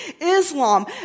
Islam